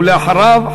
ואחריו,